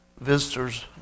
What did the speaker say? visitors